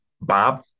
Bob